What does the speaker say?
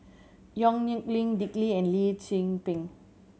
Yong Nyuk Lin Dick Lee and Lee Tzu Pheng